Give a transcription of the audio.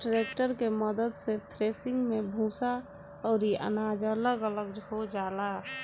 tractor के मद्दत से थ्रेसिंग मे भूसा अउरी अनाज अलग अलग हो जाला